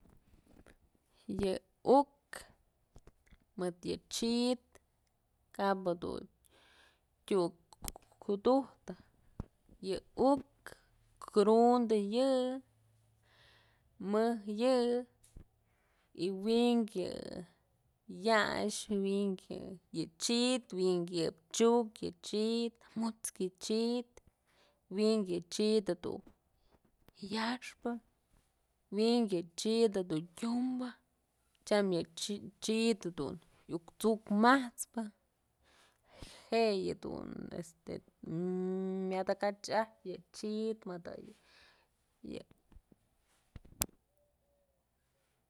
Yë uk mëd yë chid kap yëdun tyuk kudujtë yë ukë krundë yë mëj yë y wi'ink yë ya'axë wi'ink yë yë chid wi'ink yë chuk yë chid mut'skë yë chid wi'ink yë chid yaxpë wi'ink yë chid du tyumbë tyam yë chid dun iuk t'suk mat'spë je'e yëdun mya takach ajpë yë chid mëd yë.